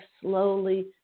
slowly